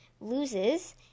loses